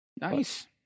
nice